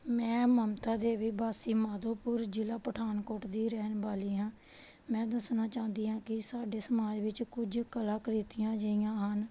ਮੈਂ ਮਮਤਾ ਦੇਵੀ ਵਾਸੀ ਮਾਧੋਪੁਰ ਜ਼ਿਲ੍ਹਾ ਪਠਾਨਕੋਟ ਦੀ ਰਹਿਣ ਵਾਲੀ ਹਾਂ ਮੈਂ ਦੱਸਣਾ ਚਾਹੁੰਦੀ ਹਾਂ ਕਿ ਸਾਡੇ ਸਮਾਜ ਵਿੱਚ ਕੁਝ ਕਲਾਕ੍ਰਿਤੀਆਂ ਅਜਿਹੀਆਂ ਹਨ